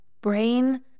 brain